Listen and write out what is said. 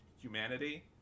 humanity